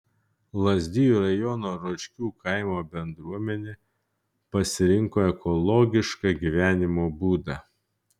lazdijų rajono ročkių kaimo bendruomenė pasirinko ekologišką gyvenimo būdą